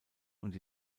und